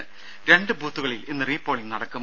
രംഭ രണ്ട് ബൂത്തുകളിൽ ഇന്ന് റീപോളിംഗ് നടക്കും